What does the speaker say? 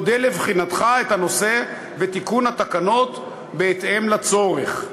אודה על בחינתך את הנושא ותיקון התקנות בהתאם לצורך.